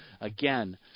again